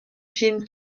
films